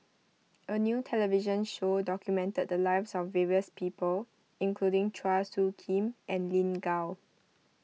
a new television show documented the lives of various people including Chua Soo Khim and Lin Gao